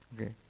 okay